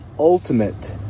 Ultimate